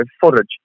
footage